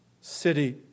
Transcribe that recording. city